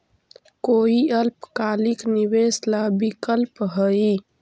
कोई अल्पकालिक निवेश ला विकल्प हई?